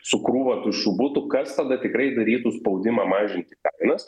su krūva tuščių butų kas tada tikrai darytų spaudimą mažinti kainas